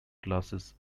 classes